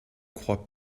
croient